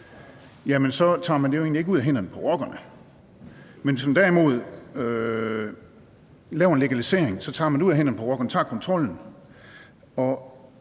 tager man det jo egentlig ikke ud af hænderne på rockerne; men hvis man derimod laver en legalisering, tager man det ud af hænderne på rockerne og tager kontrollen